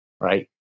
right